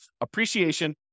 appreciation